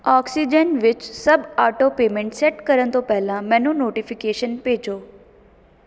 oxygen ਵਿੱਚ ਸਭ auto payment set ਕਰਨ ਤੋਂ ਪਹਿਲਾਂ ਮੈਨੂੰ ਨੋਟੀਫਿਕੇਸ਼ਨ ਭੇਜੋ